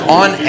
on